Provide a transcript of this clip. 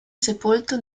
sepolto